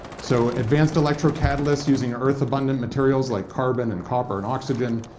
so advanced electro catalysts, using earth abundant materials like carbon and copper and oxygen,